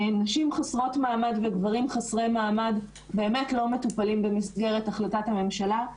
נשים חסרות מעמד וגברים חסרי מעמד לא מטופלים במסגרת החלטת הממשלה.